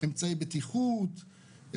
אמצעי בטיחות,